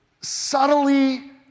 subtly